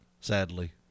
sadly